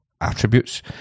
attributes